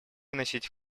вносить